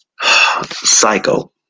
psycho